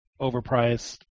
overpriced